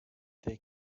they